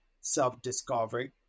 self-discovery